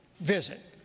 visit